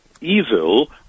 evil